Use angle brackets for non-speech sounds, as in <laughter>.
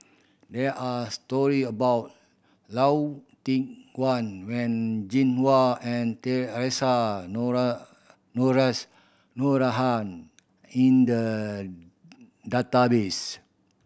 there are story about Lau Teng Chuan When Jinhua <unintelligible> Noronha in the database